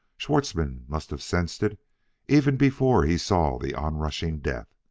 schwartzmann must have sensed it even before he saw the onrushing death.